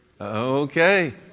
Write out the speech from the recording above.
Okay